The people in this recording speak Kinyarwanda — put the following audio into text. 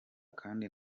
kandi